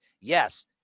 Yes